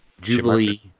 Jubilee